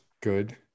good